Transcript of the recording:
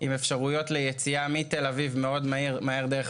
עם אפשרויות ליציאה מתל אביב מאוד מהר דרך